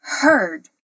heard